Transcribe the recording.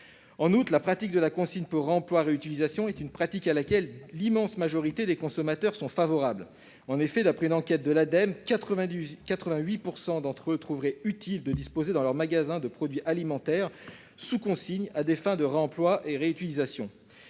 En outre, la consigne pour réemploi et réutilisation est une pratique à laquelle l'immense majorité des consommateurs est favorable : d'après une enquête de l'Ademe, 88 % d'entre eux trouveraient utile de disposer dans leurs magasins de produits alimentaires sous consigne à des fins de réemploi et réutilisation.